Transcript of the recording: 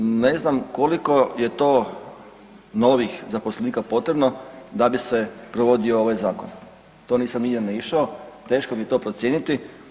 Ne znam koliko je to novih zaposlenika potrebno da bi se provodio ovaj zakon, to nisam nigdje naišao, teško mi je to procijeniti.